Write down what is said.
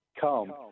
come